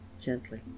gently